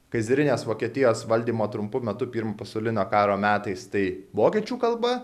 kaizerinės vokietijos valdymo trumpu metu pirmo pasaulinio karo metais tai vokiečių kalba